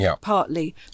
partly